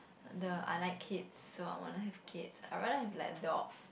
the I like it kids so I want to have kids I rather have like a dog